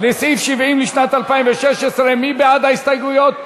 לסעיף 70 לשנת 2016. מי בעד ההסתייגויות?